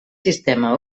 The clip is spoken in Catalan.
sistema